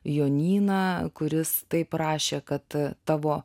jonyną kuris taip rašė kad tavo